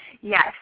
Yes